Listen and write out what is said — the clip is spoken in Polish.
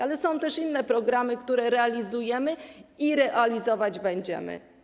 Ale są też inne programy, które realizujemy i realizować będziemy.